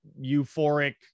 euphoric